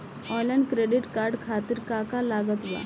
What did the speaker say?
Online credit card खातिर का का लागत बा?